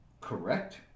correct